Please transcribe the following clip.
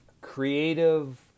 creative